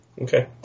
Okay